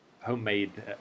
homemade